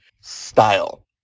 style